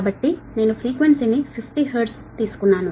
కాబట్టి నేను ఫ్రీక్వెన్సీ ని 50 Hertz గా తీసుకున్నాను